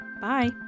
bye